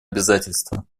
обязательство